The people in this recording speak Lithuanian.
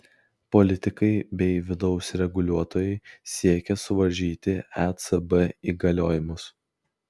politikai bei vidaus reguliuotojai siekia suvaržyti ecb įgaliojimus